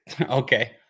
Okay